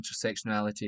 intersectionality